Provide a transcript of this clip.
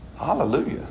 Hallelujah